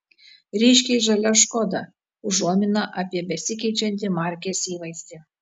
ryškiai žalia škoda užuomina apie besikeičiantį markės įvaizdį